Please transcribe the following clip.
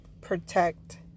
protect